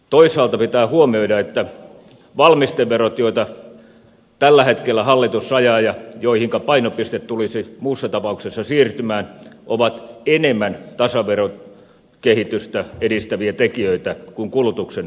toisaalta pitää huomioida että valmisteverot joita tällä hetkellä hallitus ajaa ja joihinka painopiste tulisi muussa tapauksessa siirtymään ovat enemmän tasaverokehitystä edistäviä tekijöitä kuin kulutuksen verottaminen